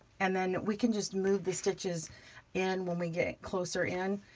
and then we can just move the stitches in when we get closer in,